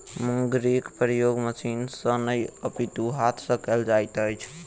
मुंगरीक प्रयोग मशीन सॅ नै अपितु हाथ सॅ कयल जाइत अछि